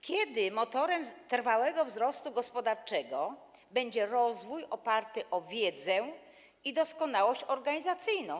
Kiedy motorem trwałego wzrostu gospodarczego będzie rozwój oparty na wiedzy i doskonałości organizacyjnej?